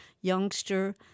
youngster